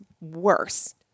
worse